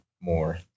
more